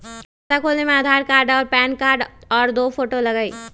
खाता खोले में आधार कार्ड और पेन कार्ड और दो फोटो लगहई?